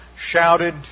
shouted